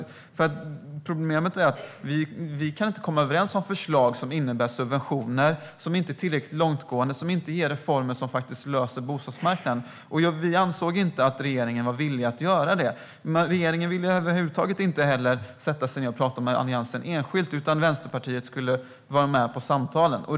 Problemet är att vi inte kan komma överens om förslag som innebär subventioner som inte är tillräckligt långtgående och som inte ger reformer som faktiskt löser krisen på bostadsmarknaden. Vi ansåg inte att regeringen var villig att göra det. Regeringen ville över huvud taget inte heller sätta sig ned och prata med Alliansen enskilt, utan Vänsterpartiet skulle vara med på samtalen.